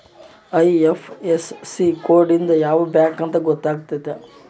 IFSC code ಇಂದ ಯಾವ bank ಅಂತ ಗೊತ್ತಾತತೆ